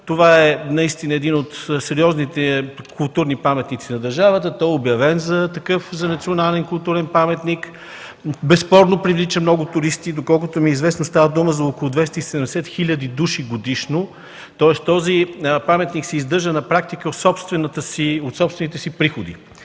Това наистина е един от сериозните културни паметници на държавата, той е обявен за национален културен паметник. Безспорно привлича много туристи. Доколкото знам, става дума за около 270 хил. души годишно, тоест този паметник на практика се издържа от собствените си приходи.